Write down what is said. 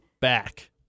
back